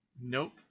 nope